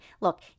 Look